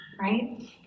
right